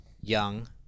young